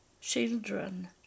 children